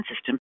system